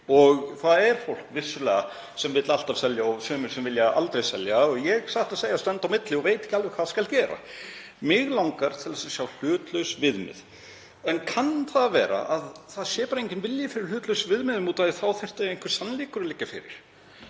og það er vissulega fólk sem vill alltaf selja og sumir sem vilja aldrei selja, og ég satt að segja stend á milli og veit ekki alveg hvað skal gera, þá langar mig til að sjá hlutlaus viðmið. En kann að vera að það sé bara enginn vilji fyrir hlutlausum viðmiðum því að þá þyrfti einhver sannleikur að liggja fyrir?